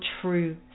true